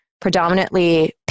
predominantly